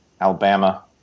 Alabama